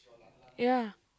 ya